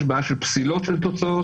יש בעיה של פסילות של תוצאות.